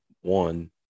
one